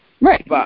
Right